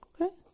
Okay